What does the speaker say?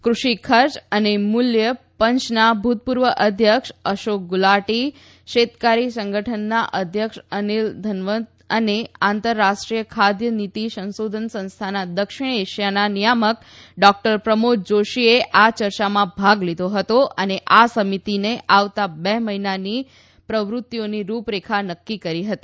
કૃષિ ખર્ય અને મૂલ્ય પંચના ભુતપૂર્વ અધ્યક્ષ અશોક ગુલાટી શેતકારી સંઘટનના અધ્યક્ષ અનિલ ઘનવત અને આંતર રાષ્ટ્રીય ખાદ્ય નીતિ સંશોધન સંસ્થાના દક્ષિણ એશિયાના નિયામક ડો પ્રમોદ જોશીએ આ ચર્ચામાં ભાગ લીધો હતો અને આ સમિતિની આવતા બે મહિનાની પ્રવૃત્તિઓની રૂપરેખા નક્કી કરી હતી